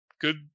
good